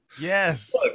yes